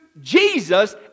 Jesus